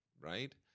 right